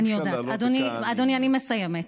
אי-אפשר להעלות את, אדוני, אני מסיימת.